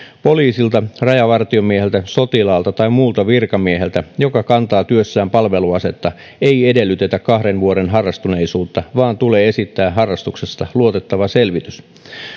poliisilta rajavartiomieheltä sotilaalta tai muulta virkamieheltä joka kantaa työssään palveluasetta ei edellytetä kahden vuoden harrastuneisuutta vaan hänen tulee esittää harrastuksestaan luotettava selvitys